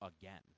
again